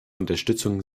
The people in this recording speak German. unterstützung